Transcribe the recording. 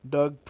Doug